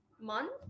month